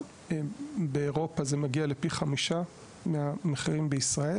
במבט גאו-אסטרטגי זה חיזוק אדיר למדינת ישראל.